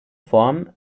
form